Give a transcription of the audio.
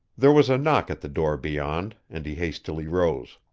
there was a knock at the door beyond, and he hastily rose.